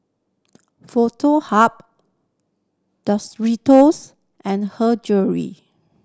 Foto Hub and Her Jewellery